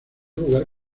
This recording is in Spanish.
lugar